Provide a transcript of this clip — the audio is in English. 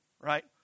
right